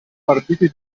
partiti